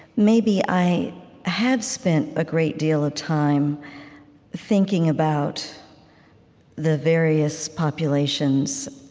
maybe i have spent a great deal of time thinking about the various populations